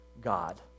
God